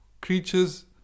creatures